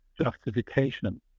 justification